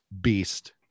beast